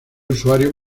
usuario